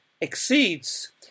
exceeds